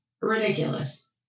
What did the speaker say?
ridiculous